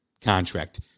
contract